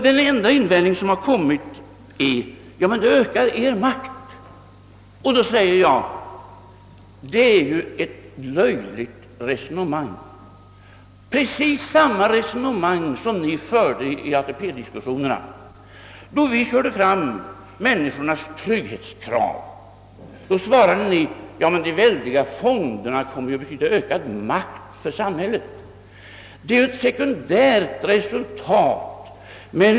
Den enda invändning som rests häremot är att den »ökar vår makt». Men det är ju ett löjligt resonemang! Ni förde precis samma tal i ATP-diskussionerna, då vi förde fram frågan om människornas trygghet. Då sade ni att de väldiga fonderna kommer att betyda ökad makt för samhället. Men det är ju ett sekundärt resultat!